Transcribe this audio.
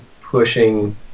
pushing